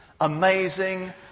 amazing